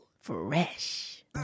Fresh